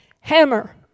hammer